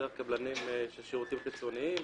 דרך קבלנים של שירותים חיצוניים.